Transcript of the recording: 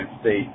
states